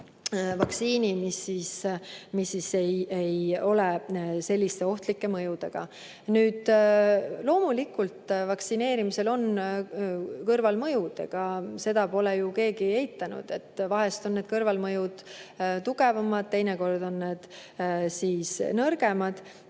vaktsiini, mis ei ole selliste ohtlike mõjudega. Loomulikult, vaktsineerimisel on kõrvalmõjud. Ega seda pole ju keegi eitanud. Vahest on need kõrvalmõjud tugevamad, teinekord on need nõrgemad,